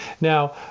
Now